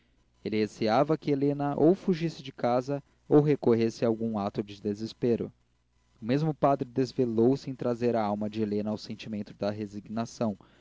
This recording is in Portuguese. receava que helena ou fugisse de casa ou recorresse a algum ato de desespero o mesmo padre desvelou se em trazer a alma de helena ao sentimento da resignação